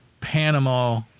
Panama